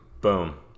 Boom